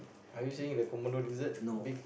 are you saying the Komodo lizard big